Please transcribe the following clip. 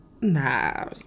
Nah